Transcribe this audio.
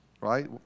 right